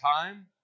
time